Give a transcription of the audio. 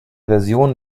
versionen